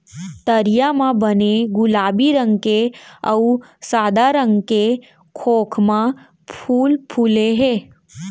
तरिया म बने गुलाबी रंग के अउ सादा रंग के खोखमा फूल फूले हे